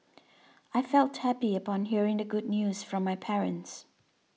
I felt happy upon hearing the good news from my parents